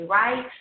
right